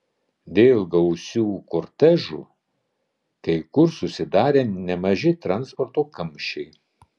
dėl gausių kortežų kai kur susidarė nemaži transporto kamščiai